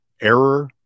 error